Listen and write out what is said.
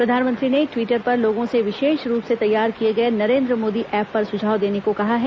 प्रधानमंत्री ने ट्वीटर पर लोगों से विशेष रूप से तैयार किए गए नरेंद्र मोदी ऐप पर सुझाव देने को कहा है